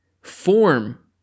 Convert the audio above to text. form